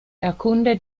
erkunde